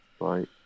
Right